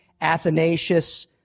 Athanasius